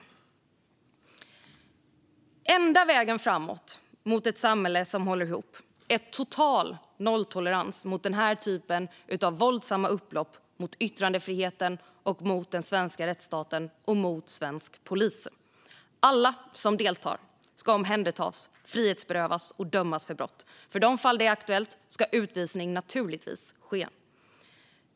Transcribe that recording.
Den enda vägen framåt mot ett samhälle som håller ihop är total nolltolerans mot den här typen av våldsamma upplopp mot yttrandefriheten, den svenska rättsstaten och svensk polis. Alla som deltar ska omhändertas, frihetsberövas och dömas för brott. I de fall det är aktuellt ska utvisning naturligtvis ske.